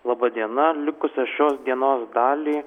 laba diena likusią šios dienos dalį